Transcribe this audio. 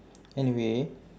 anyway